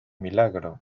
milagro